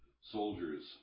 Soldiers